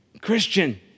Christian